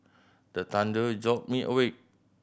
the thunder jolt me awake